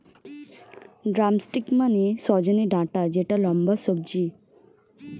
drumstick মানে সজনে ডাটা যেটা লম্বা সবজি